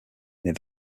near